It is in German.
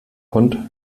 hund